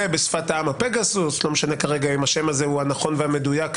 בשפת העם "פגסוס" לא משנה כרגע אם השם הזה הוא הנכון והמדויק,